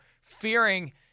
fearing